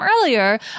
earlier